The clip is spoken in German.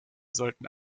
sollten